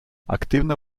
активно